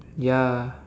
ya